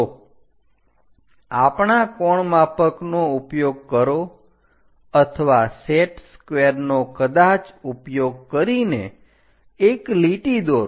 તો આપણા કોણમાપકનો ઉપયોગ કરો અથવા સેટ સ્કવેર નો કદાચ ઉપયોગ કરીને એક લીટી દોરો